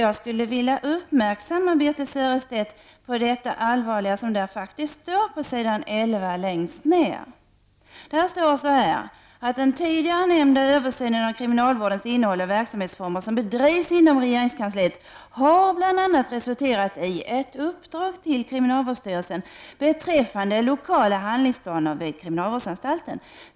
Jag skulle vilja göra Birthe Sörestedt uppmärksam på det allvarliga som står där längst ned på s. 11: ”Den tidigare nämnda översynen av kriminalvårdens innehåll och verksamhetsformer som bedrivs inom regeringskansliet har bl.a. resulterat i ett uppdrag till kriminalvårdsstyrelsen beträffande lokala handlingsplaner vid kriminalvårdsanstalterna.